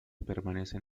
permanecen